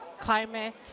climate